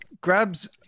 grabs